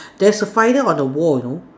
there's a spider on the wall you know